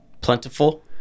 Plentiful